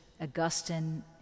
Augustine